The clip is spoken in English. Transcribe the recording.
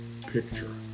picture